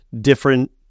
different